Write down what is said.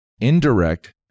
indirect